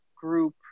group